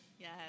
Yes